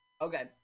Okay